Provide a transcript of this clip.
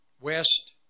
West